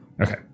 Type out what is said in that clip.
Okay